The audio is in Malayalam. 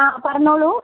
ആ പറഞ്ഞോളൂ